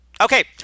okay